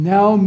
Now